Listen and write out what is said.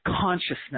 consciousness